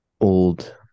old